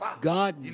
God